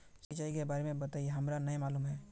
सिंचाई के बारे में बताई हमरा नय मालूम है?